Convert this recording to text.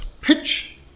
pitch